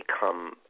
become